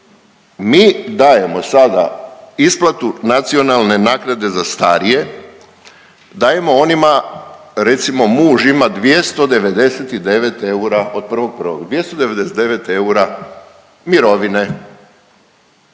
mi dajemo sada isplatu nacionalne naknade za starije, dajemo onima recimo muž ima 299 eura od 1.1., 299 eura mirovine.